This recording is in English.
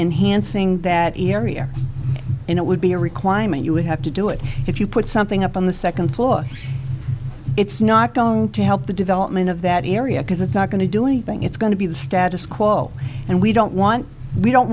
enhancing that area and it would be a requirement you would have to do it if you put something up on the second floor it's not going to help the development of that area because it's not going to do anything it's going to be the status quo and we don't want we don't